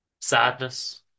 sadness